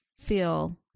feel